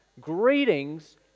Greetings